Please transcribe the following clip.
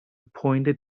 pointed